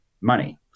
money